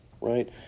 right